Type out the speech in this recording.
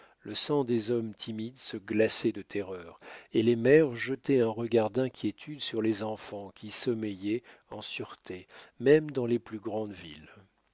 le sang des hommes timides se glaçait de terreur et les mères jetaient un regard d'inquiétude sur les enfants qui sommeillaient en sûreté même dans les plus grandes villes